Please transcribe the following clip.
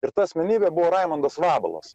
ir ta asmenybė buvo raimundas vabalas